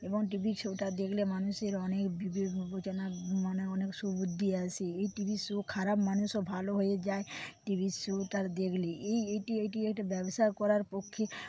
এবং টিভি শোটা দেখলে মানুষের অনেক বিবেক বিবেচনা মানে অনেক সুবুদ্ধি আসে এই টিভি শোয়ে খারাপ মানুষও ভালো হয়ে যায় টিভি শোটা দেখলে এই এইটি একটি ব্যবসা করার পক্ষে